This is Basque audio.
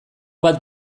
bat